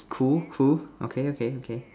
cool cool okay okay okay